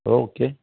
okay